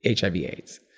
HIV-AIDS